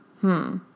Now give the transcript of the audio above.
Hmm